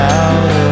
out